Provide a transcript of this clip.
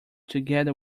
together